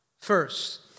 first